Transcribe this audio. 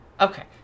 Okay